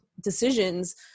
decisions